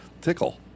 Tickle